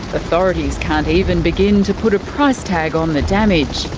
authorities can't even begin to put a price tag on the damage.